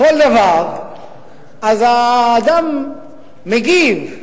כל דבר, אז האדם מגיב.